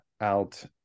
out